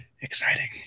Exciting